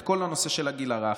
את כל הנושא של הגיל הרך.